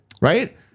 right